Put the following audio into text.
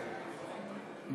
יונה, לרשותך שלוש דקות.